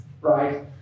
right